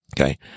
Okay